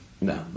No